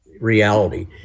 reality